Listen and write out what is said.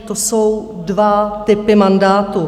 To jsou dva typy mandátu.